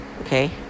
okay